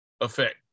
effect